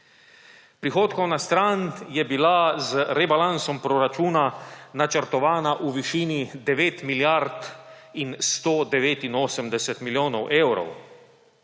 Prihodkovna stran je bila z rebalansom proračuna načrtovana v višini 9 milijard in 189 milijonov evrov,